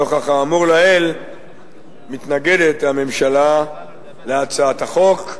נוכח האמור לעיל מתנגדת הממשלה להצעת החוק.